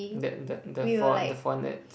that the the fond~ the four nets